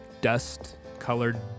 dust-colored